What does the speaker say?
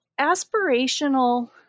aspirational